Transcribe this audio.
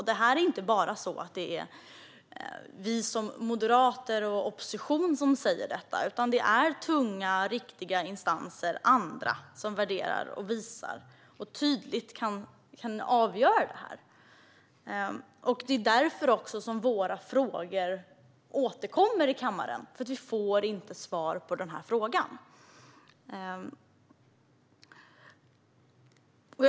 Det är inte bara vi moderater och oppositionen som säger detta, utan andra tunga, riktiga instanser värderar, visar och kan tydligt avgöra det här. Det är därför vi återkommer här i kammaren, för vi får inte svar på frågan.